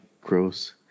Gross